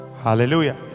hallelujah